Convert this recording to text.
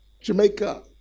Jamaica